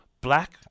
black